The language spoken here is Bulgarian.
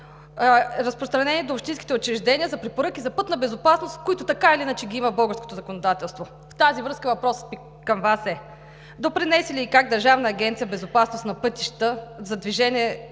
разпространени до общинските учреждения, с препоръки за пътна безопасност, които така или иначе ги има в българското законодателство. В тази връзка въпросът ми към Вас е: допринесе ли и как Държавна агенция „Безопасност на движението